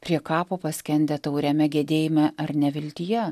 prie kapo paskendę tauriame gedėjime ar neviltyje